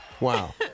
Wow